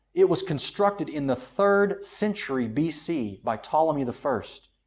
it was constructed in the third century bc by ptolemy the first.